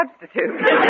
substitute